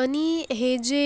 आणि हे जे